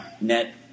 net